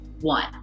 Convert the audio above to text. one